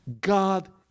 God